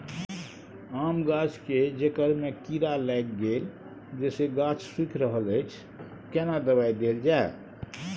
आम गाछ के जेकर में कीरा लाईग गेल जेसे गाछ सुइख रहल अएछ केना दवाई देल जाए?